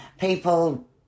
people